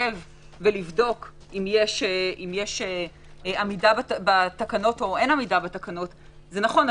להסתובב ולבדוק אם יש או אין עמידה בתקנות זה נכון,